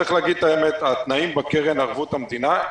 צריך להגיד את האמת: התנאים בקרן בערבות המדינה --- הופ,